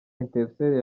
etincelles